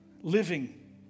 living